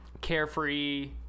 carefree